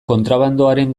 kontrabandoaren